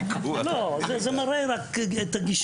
לא, אבל זה מראה את הגישה.